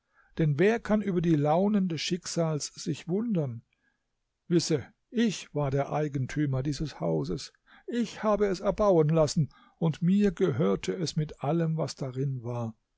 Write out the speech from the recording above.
denn wer kann über die launen des schicksals sich wundem wisse ich war der eigentümer dieses hauses ich habe es erbauen lassen und mir gehörte es mit allem was darin war